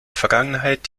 vergangenheit